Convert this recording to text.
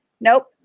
Nope